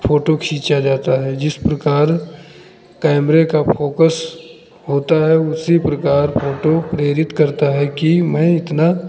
photo खींचा जाता है जिस प्रकार कैमरे का फोकस होता है उसी प्रकार फ़ोटो प्रेरित करता है कि मैं इतना